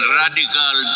radical